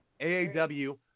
AAW